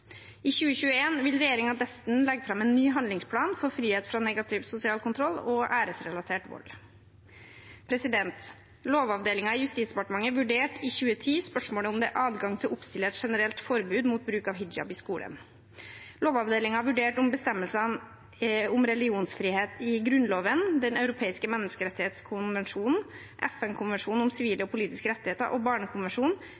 I 2021 vil regjeringen dessuten legge fram en ny handlingsplan for frihet fra negativ sosial kontroll og æresrelatert vold. Lovavdelingen i Justisdepartementet vurderte i 2010 spørsmålet om det er adgang til å oppstille et generelt forbud mot bruk av hijab i skolen. Lovavdelingen vurderte om bestemmelsene om religionsfrihet i Grunnloven, Den europeiske menneskerettskonvensjonen, FN-konvensjonen om